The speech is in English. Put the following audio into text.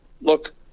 Look